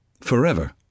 Forever